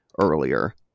earlier